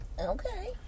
Okay